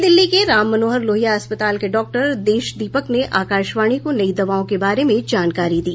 नई दिल्ली के राम मनोहर लोहिया अस्पताल के डॉक्टर देश दीपक ने आकाशवाणी को नई दवाओं के बारे में जानकारी दी